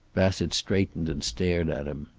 bassett straightened and stared at him.